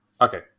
Okay